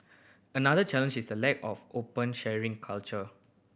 another challenge is the lack of open sharing culture